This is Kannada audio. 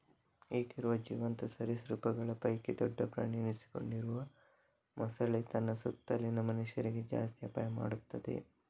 ಈಗ ಇರುವ ಜೀವಂತ ಸರೀಸೃಪಗಳ ಪೈಕಿ ದೊಡ್ಡ ಪ್ರಾಣಿ ಎನಿಸಿಕೊಂಡಿರುವ ಮೊಸಳೆ ತನ್ನ ಸುತ್ತಲಿನ ಮನುಷ್ಯರಿಗೆ ಜಾಸ್ತಿ ಅಪಾಯ ಮಾಡ್ತದೆ